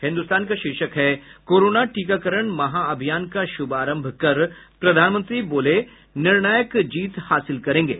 हिन्दुस्तान का शीर्षक है कोरोना टीकारण महाअभियान का शुभारंभ कर प्रधानमंत्री बोले निर्णायक जीत हासिल करेंगे